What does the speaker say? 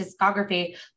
discography